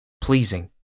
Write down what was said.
pleasing